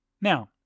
Now